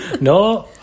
No